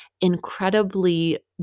incredibly